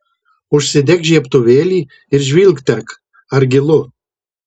užsidek žiebtuvėlį ir žvilgterėk ar gilu